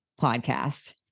podcast